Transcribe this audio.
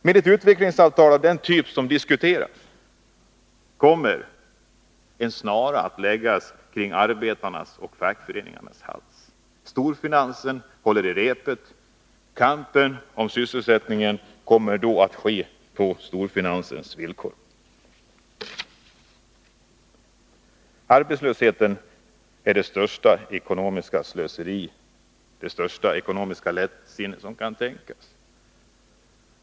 Med utvecklingssamtal av den typ som diskuteras kommer en snara att läggas kring arbetarnas och fackföreningarnas hals. Storfinansen håller i repet. Kampen om sysselsättningen kommer då att ske på storfinansens villkor. Arbetslösheten är det största ekonomiska slöseri och lättsinne som kan tänkas.